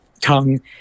tongue